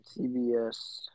CBS